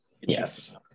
Yes